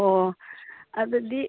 ꯑꯣ ꯑꯗꯨꯗꯤ